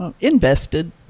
Invested